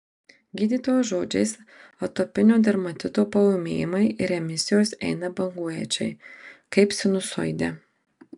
gydytojos žodžiais atopinio dermatito paūmėjimai ir remisijos eina banguojančiai kaip sinusoidė